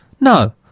No